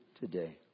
today